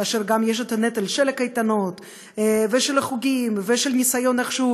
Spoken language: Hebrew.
כשיש גם הנטל של הקייטנות ושל החוגים ושל הניסיון איכשהו